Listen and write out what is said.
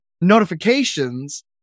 notifications